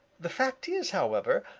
the fact is, however,